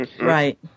Right